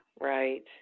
right